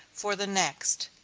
for the next,